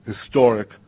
historic